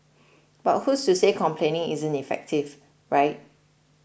but who's to say complaining isn't effective right